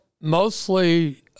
mostly